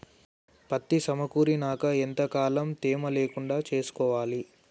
పత్తి సమకూరినాక ఎంత కాలం తేమ లేకుండా చూసుకోవాలి?